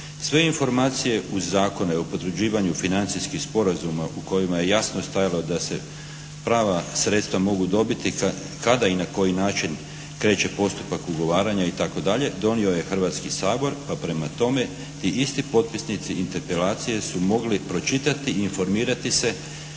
Sve informacije u Zakonu o potvrđivanju financijskih sporazuma u kojima je jasno stajalo da se prava sredstva mogu dobiti kada i na koji način kreće postupak ugovaranja itd. donio je Hrvatski sabor, pa prema tome ti isti potpisnici interpelacije su mogli pročitati i informirati se